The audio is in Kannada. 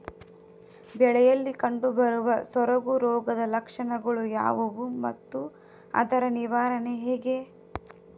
ಬೆಳೆಯಲ್ಲಿ ಕಂಡುಬರುವ ಸೊರಗು ರೋಗದ ಲಕ್ಷಣಗಳು ಯಾವುವು ಮತ್ತು ಅದರ ನಿವಾರಣೆ ಹೇಗೆ?